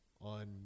on